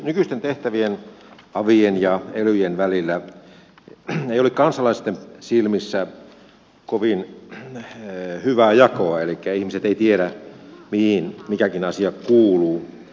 nykyisten tehtävien avien ja elyjen välillä ei ole kansalaisten silmissä kovin hyvää jakoa elikkä ihmiset eivät tiedä mihin mikäkin asia kuuluu